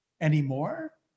anymore